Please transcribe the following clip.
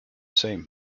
same